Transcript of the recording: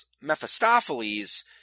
Mephistopheles